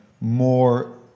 more